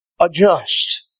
adjust